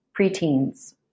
preteens